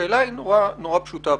השאלה היא נורא פשוטה,